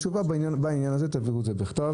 תביאו את התשובה בעניין הזה, תעבירו בכתב.